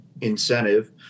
incentive